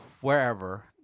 wherever